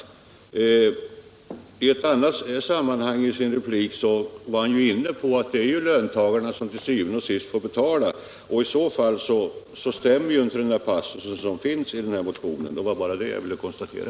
Men i ett annat sammanhang var han i sin replik inne på tanken att det är löntagarna som til syvende og sidst får betala, och i så fall stämmer inte den passus som finns i motionen. Det var bara det jag ville konstatera.